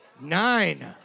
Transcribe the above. Nine